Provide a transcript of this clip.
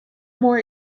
more